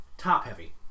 top-heavy